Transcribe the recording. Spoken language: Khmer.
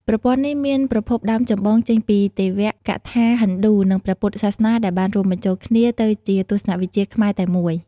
ប្រព័ន្ធនេះមានប្រភពដើមចម្បងចេញពីទេវកថាហិណ្ឌូនិងព្រះពុទ្ធសាសនាដែលបានរួមបញ្ចូលគ្នាទៅជាទស្សនៈវិជ្ជាខ្មែរតែមួយ។